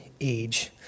age